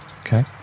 Okay